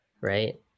right